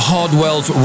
Hardwell's